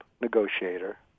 negotiator